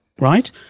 right